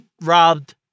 robbed